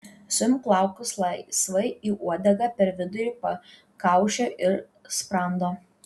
suimk plaukus laisvai į uodegą per vidurį pakaušio ir sprando